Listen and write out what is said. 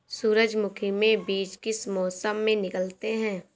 सूरजमुखी में बीज किस मौसम में निकलते हैं?